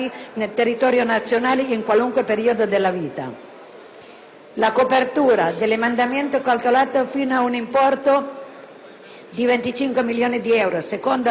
La copertura dell'emendamento è calcolata fino a un importo di 25 milioni di euro; secondo le quantificazioni un aumento del 10 per cento